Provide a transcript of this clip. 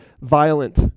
violent